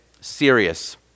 serious